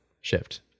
shift